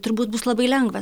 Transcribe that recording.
turbūt bus labai lengva